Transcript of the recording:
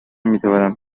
میتوانم